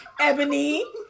Ebony